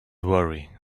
worry